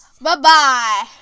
Bye-bye